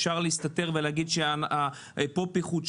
אפשר להסתתר ולהגיד שפה פיחות,